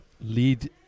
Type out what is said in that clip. lead